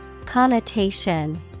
Connotation